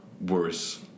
worse